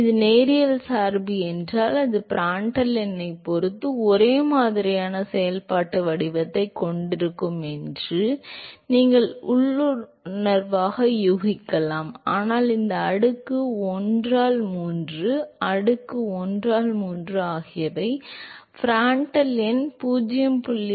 இது நேரியல் சார்பு என்றால் அது பிராண்டல் எண்ணைப் பொறுத்து ஒரே மாதிரியான செயல்பாட்டு வடிவத்தைக் கொண்டிருக்கும் என்று நீங்கள் உள்ளுணர்வாக யூகிக்கலாம் ஆனால் இந்த அடுக்கு 1 ஆல் 3 அடுக்கு 1 ஆல் 3 ஆகியவை பிராண்டல் எண் 0